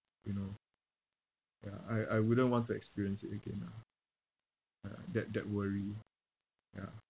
you know ya I I wouldn't want to experience it again lah ah that that worry ya